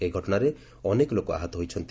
ଏହି ଘଟଣାରେ ଅନେକ ଲୋକ ଆହତ ହୋଇଛନ୍ତି